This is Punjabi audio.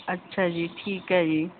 ਅੱਛਾ ਜੀ ਠੀਕ ਹੈ ਜੀ